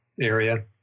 area